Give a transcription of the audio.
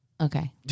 Okay